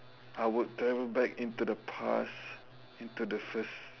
I would travel back into the past into the first